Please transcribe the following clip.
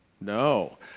No